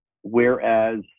Whereas